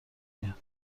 میاد